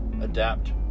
adapt